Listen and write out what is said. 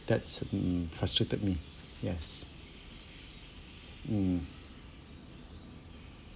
that's mm frustrated me yes mm